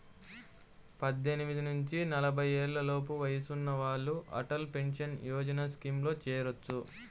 పద్దెనిమిది నుంచి నలభై ఏళ్లలోపు వయసున్న వాళ్ళు అటల్ పెన్షన్ యోజన స్కీమ్లో చేరొచ్చు